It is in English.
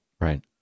Right